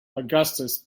augustus